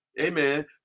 amen